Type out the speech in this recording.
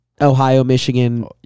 Ohio-Michigan